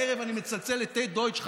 בערב אני מצלצל לטד דויטש,